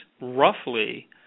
roughly